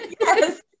yes